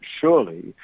surely